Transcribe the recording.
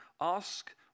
Ask